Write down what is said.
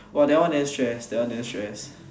!wah! that one damn stress that one damn stress